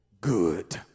Good